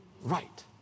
right